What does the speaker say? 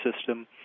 system